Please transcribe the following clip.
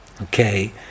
okay